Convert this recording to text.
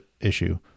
issue